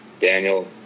Daniel